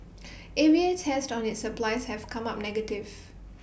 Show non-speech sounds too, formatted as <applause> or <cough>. <noise> A V A tests on its supplies have come up negative